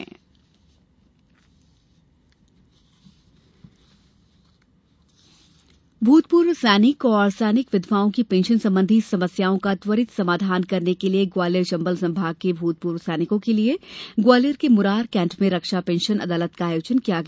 रक्षा pension भूतपूर्व सैनिक और सैनिक विधवाओं की पेंशन संबंधी समस्याओं का त्वरित समाधान करने के लिये ग्वालियर चम्बल संभाग के भूतपूर्व सैनिकों के लिये ग्वालियर के मुरार कैंट में रक्षा पेंशन अदालत का आयोजन किया गया